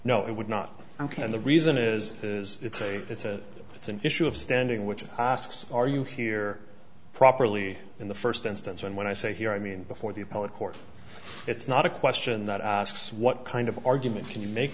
no it would not ok and the reason is it's a it's a it's an issue of standing which asks are you hear properly in the first instance and when i say here i mean before the appellate court it's not a question that asks what kind of argument can you make